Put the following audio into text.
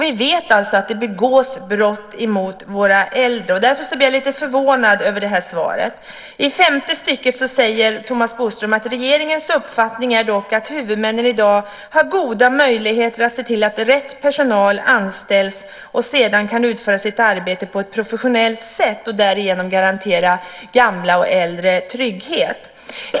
Vi vet att det begås brott mot våra äldre. Därför blir jag lite förvånad över svaret. I femte stycket i svaret säger Thomas Bodström: "Regeringens uppfattning är dock att huvudmännen i dag har goda möjligheter att se till att rätt personer anställs och sedan kan utföra sitt arbete på ett professionellt sätt för att därigenom kunna garantera gamla och äldre en trygg vård och omsorg."